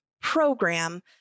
program